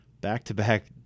back-to-back